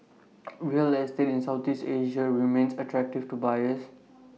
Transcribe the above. real estate in Southeast Asia remains attractive to buyers